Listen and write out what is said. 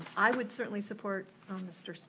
i would certainly support mr.